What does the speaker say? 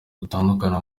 atagukunda